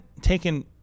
taken